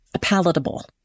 palatable